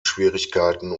schwierigkeiten